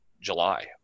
July